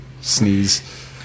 Sneeze